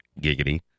giggity